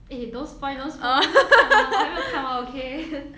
eh don't spoil don't spoil 我还没有看好我还没有看完 okay